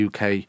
UK